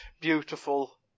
beautiful